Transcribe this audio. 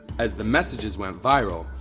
as the messages went viral,